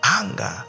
anger